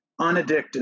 unaddicted